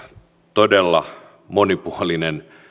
todella monipuolinen